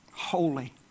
holy